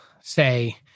say